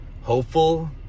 hopeful